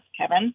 Kevin